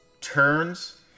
turns